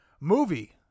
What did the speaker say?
Movie